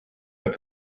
but